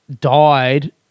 died